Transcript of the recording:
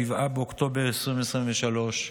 7 באוקטובר 2023,